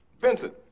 Vincent